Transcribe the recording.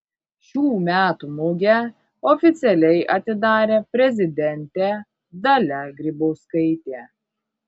šių metų mugę oficialiai atidarė prezidentė dalia grybauskaitė